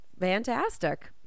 fantastic